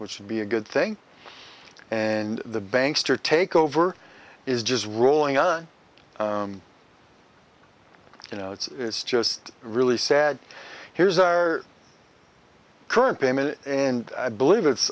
which would be a good thing and the banks to take over is just rolling on you know it's just really sad here's our current payment and i believe it's